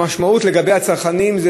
המשמעות לגבי הצרכנים זה